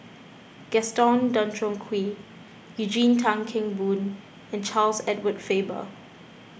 Gaston Dutronquoy Eugene Tan Kheng Boon and Charles Edward Faber